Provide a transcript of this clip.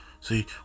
see